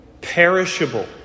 perishable